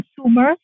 consumers